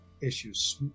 issues